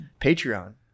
Patreon